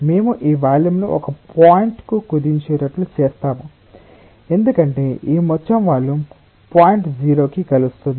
మేము ఈ వాల్యూమ్ను ఒక పాయింట్ కు కుదించేటట్లు చేస్తాము ఎందుకంటే ఈ మొత్తం వాల్యూమ్ పాయింట్ O కి కలుస్తుంది